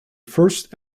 first